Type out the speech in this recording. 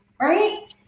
right